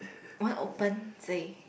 want open say